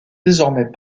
désormais